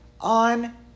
on